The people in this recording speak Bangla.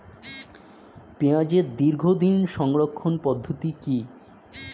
পেঁয়াজের দীর্ঘদিন সংরক্ষণ পদ্ধতি কি?